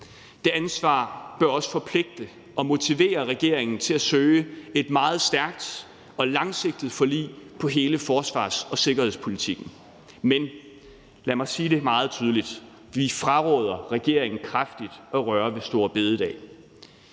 Det ansvar bør også forpligte og motivere regeringen til at søge et meget stærkt og langsigtet forlig i hele forsvars- og sikkerhedspolitikken. Men lad mig sige det meget tydeligt: Vi fraråder regeringen kraftigt at røre ved store bededag.